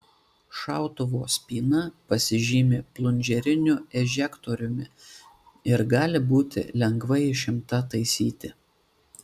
šautuvo spyna pasižymi plunžeriniu ežektoriumi ir gali būti lengvai išimta taisyti